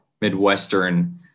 Midwestern